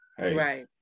right